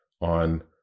on